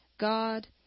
God